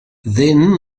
then